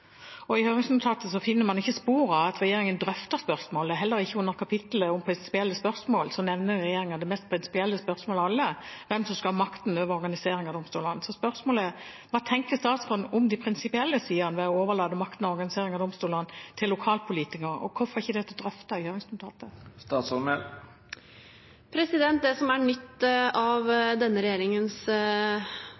I høringsnotatet finner man ikke spor av at regjeringen drøfter det spørsmålet. Heller ikke under kapitlet om prinsipielle spørsmål nevner regjeringen det mest prinsipielle spørsmålet av alle, hvem som skal ha makten over organiseringen av domstolene. Så spørsmålet mitt er: Hva tenker statsråden om de prinsipielle sidene ved å overlate makten over organiseringen av domstolene til lokalpolitikere, og hvorfor er ikke dette drøftet i høringsnotatet? Det som er nytt av